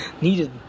needed